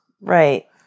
Right